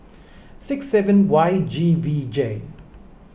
six seven Y G V J